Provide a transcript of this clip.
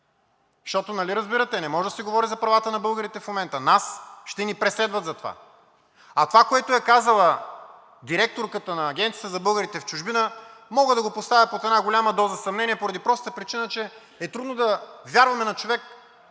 Защото, нали разбирате, не може да се говори за правата на българите в момента, нас ще ни преследват за това. А това, което е казала директорката на Агенцията за българите в чужбина, мога да го поставя под една голяма доза съмнение поради простата причина, че е трудно да вярваме на човек,